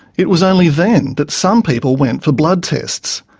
it was only then that some people went for blood tests.